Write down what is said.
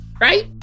right